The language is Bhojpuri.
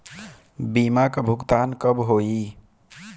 बीमा का भुगतान कब होइ?